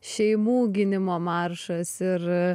šeimų gynimo maršas ir